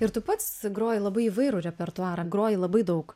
ir tu pats groji labai įvairų repertuarą groji labai daug